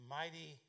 mighty